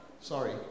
Sorry